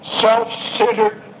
self-centered